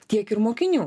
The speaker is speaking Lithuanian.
tiek ir mokinių